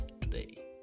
today